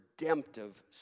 redemptive